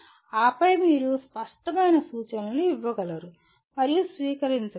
ఆపై మీరు స్పష్టమైన సూచనలను ఇవ్వగలరు మరియు స్వీకరించగలరు